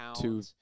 two